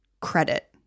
credit